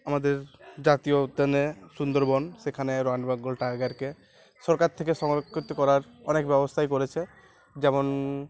আমাদের জাতীয় উদ্যানে সুন্দরবন সেখানে রয়াল বেঙ্গল টাইগারকে সরকার থেকে সংরক্ষিত করার অনেক ব্যবস্থায় করেছে যেমন